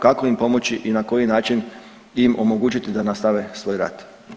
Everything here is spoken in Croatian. Kako im pomoći i na koji način im omogućiti da nastave svoj rad?